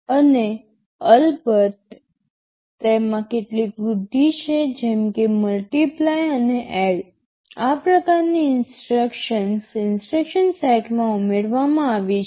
અને અલબત્ત તેમાં કેટલીક વૃદ્ધિ છે જેમ કે મલ્ટીપ્લાય અને એડ આ પ્રકારની ઇન્સટ્રક્શન્સ ઇન્સટ્રક્શન સેટમાં ઉમેરવામાં આવી છે